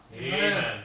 Amen